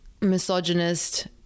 misogynist